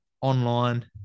online